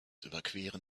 überqueren